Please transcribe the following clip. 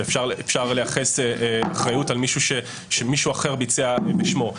שאפשר לייחס אחריות למישהו שמישהו אחר ביצע בשמו,